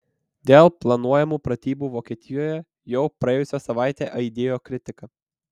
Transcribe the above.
dėl planuojamų pratybų vokietijoje jau praėjusią savaitę aidėjo kritika